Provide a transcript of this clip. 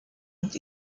und